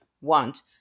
want